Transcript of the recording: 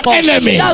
enemy